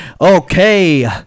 okay